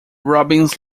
robbins